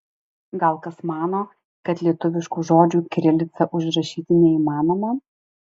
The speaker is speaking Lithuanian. gal kas mano kad lietuviškų žodžių kirilica užrašyti neįmanoma